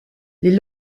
les